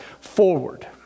forward